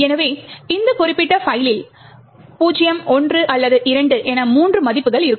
எனவே இந்த குறிப்பிட்ட பைல்லில் 0 1 அல்லது 2 என 3 மதிப்புகள் இருக்கும்